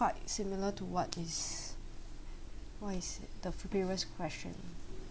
quite similar to what is what is the previous question